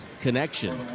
connection